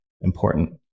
important